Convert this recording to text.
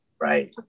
right